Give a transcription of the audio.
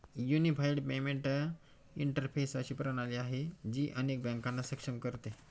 unified payment interface अशी प्रणाली आहे, जी अनेक बँकांना सक्षम करते